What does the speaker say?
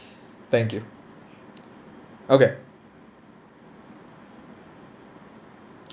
thank you okay